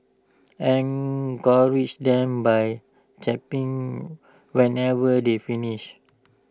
encourage them by clapping whenever they finish